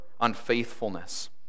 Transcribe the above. unfaithfulness